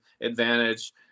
advantage